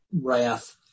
wrath